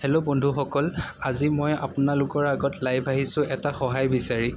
hello বন্ধুসকল আজি মই আপোনালোকৰ আগত লাইভ আহিছোঁ এটা সহায় বিচাৰি